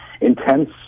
intense